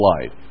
life